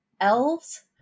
Elves